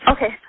Okay